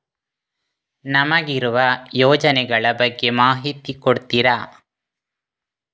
ನಮಗಿರುವ ಯೋಜನೆಗಳ ಬಗ್ಗೆ ಮಾಹಿತಿ ಕೊಡ್ತೀರಾ?